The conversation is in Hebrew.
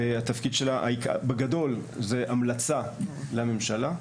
התפקיד שלה בגדול זה המלצות לממשלה,